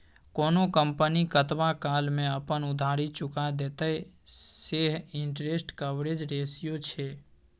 कोनो कंपनी कतबा काल मे अपन उधारी चुका देतेय सैह इंटरेस्ट कवरेज रेशियो छै